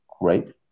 great